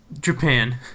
Japan